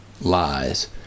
Lies